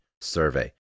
survey